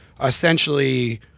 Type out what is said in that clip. essentially